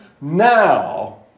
Now